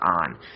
on